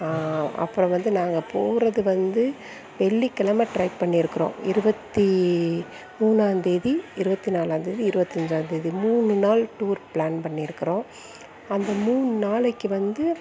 அப்புறம் வந்து நாங்கள் போகிறது வந்து வெள்ளிக்கெழமை டிரை பண்ணிருக்கிறோம் இருபத்தி மூணாம் தேதி இருபத்தி நாலாம் தேதி இருபத்தி அஞ்சாம் தேதி மூணு நாள் டூர் பிளான் பண்ணிருக்கிறோம் அந்த மூணு நாளைக்கு வந்து